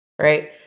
right